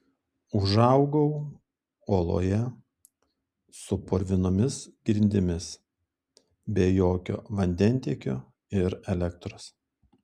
užaugau oloje su purvinomis grindimis be jokio vandentiekio ir elektros